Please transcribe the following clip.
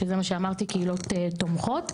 זה מה שאמרתי, קהילות תומכות.